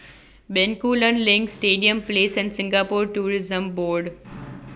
Bencoolen LINK Stadium Place and Singapore Tourism Board